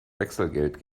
wechselgeld